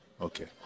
Okay